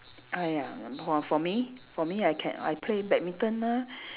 ah ya for for me for me I can I play badminton ah